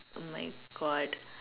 oh my God